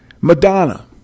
Madonna